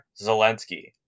Zelensky